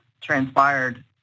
transpired